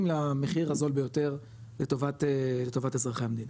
למחיר הזול ביותר לטובת אזרחי המדינה.